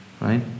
right